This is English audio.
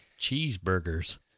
Cheeseburgers